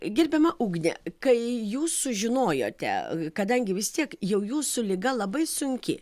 gerbiama ugne kai jūs sužinojote kadangi vis tiek jau jūsų liga labai sunki